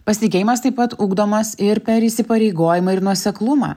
pasitikėjimas taip pat ugdomas ir per įsipareigojimą ir nuoseklumą